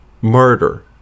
murder